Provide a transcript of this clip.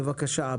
בבקשה.